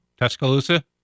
Tuscaloosa